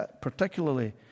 particularly